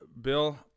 Bill